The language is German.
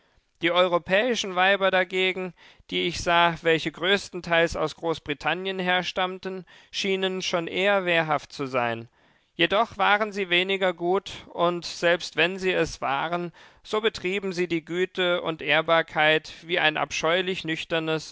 die europäischen weiber dagegen die ich sah welche größtenteils aus großbritannien herstammten schienen schon eher wehrhaft zu sein jedoch waren sie weniger gut und selbst wenn sie es waren so betrieben sie die güte und ehrbarkeit wie ein abscheulich nüchternes